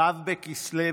ו' בכסלו